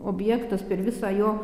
objektas per visą jo